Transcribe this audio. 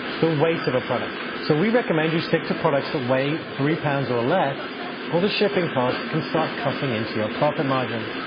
the weight of a product. so we recommend you stick to products that weight three pounds or less or the shipping costs can start cutting into your profit margin.